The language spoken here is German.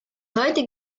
heute